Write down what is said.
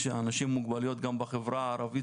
אנשים עם מוגבלויות גם בחברה הערבית